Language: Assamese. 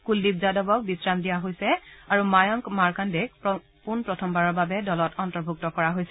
কুলদীপ যাদৱক বিশ্ৰাম দিয়া হৈছে আৰু ময়ংক মাৰকাণ্ডেক পোন প্ৰথমবাৰৰ বাবে দলত অন্তৰ্ভুক্ত কৰা হৈছে